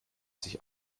sich